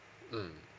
mm